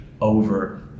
over